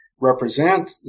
represent